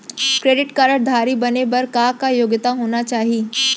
Credit card धारी बने बर का का योग्यता होना चाही?